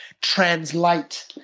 translate